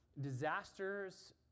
disasters